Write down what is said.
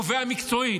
קובע מקצועית: